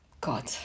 God